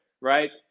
right